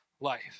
life